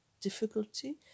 difficulty